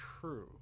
true